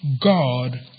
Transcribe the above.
God